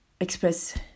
express